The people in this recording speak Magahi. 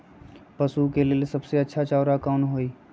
पशु के लेल सबसे अच्छा कौन सा चारा होई?